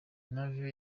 navio